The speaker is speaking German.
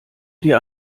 dir